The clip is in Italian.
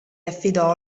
affidò